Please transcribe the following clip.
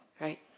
right